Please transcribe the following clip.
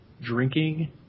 drinking